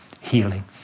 healing